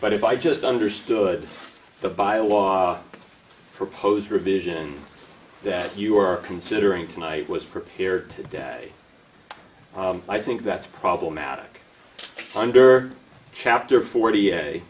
but if i just understood the byelaw proposed revision that you are considering tonight was prepared today i think that's problematic under chapter forty